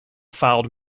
filed